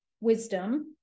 wisdom